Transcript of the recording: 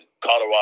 Colorado